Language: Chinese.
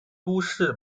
都市